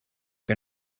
que